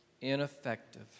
ineffective